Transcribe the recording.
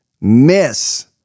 miss